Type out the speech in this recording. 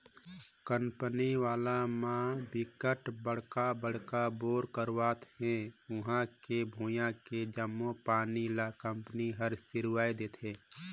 company वाला म बिकट बड़का बड़का बोर करवावत हे उहां के भुइयां के जम्मो पानी ल कंपनी हर सिरवाए देहथे